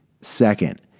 Second